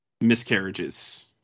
Miscarriages